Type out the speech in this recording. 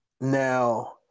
now